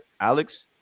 Alex